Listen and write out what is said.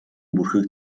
бүрхэг